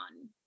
on